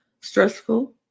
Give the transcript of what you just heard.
stressful